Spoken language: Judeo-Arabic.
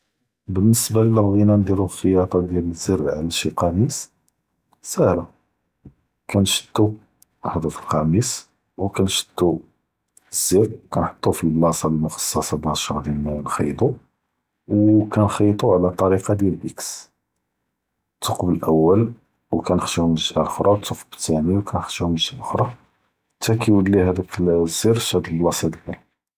באלניסבה לביג’נא נדרו אלחייאטה דיאל אלז’רענד שי קמיס, סאהלה, כנתשדו אח’פר אלקמיס ו כנתשדו אלז’ר ו כנהטו פ אלבלאסה אלמחקסה באש נחייאטו, ו כנהייאטו עלא אלת’וריקה דיאל אקס, אלת’וקב אלאואל ו כנק’שו מן אלג’יהה לחר, אלת’וקב אלת’אני ו כנק’שו מן אלג’יהה לחר, חתה כיוולי הד’אק אלז’ר שד אלבלאסה דיאלהא.